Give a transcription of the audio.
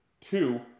Two